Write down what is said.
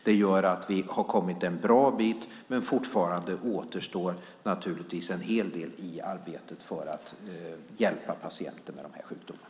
Det gör att vi nu har kommit en bra bit på vägen, men fortfarande återstår naturligtvis en hel del i arbetet med att hjälpa patienter som har den här sjukdomen.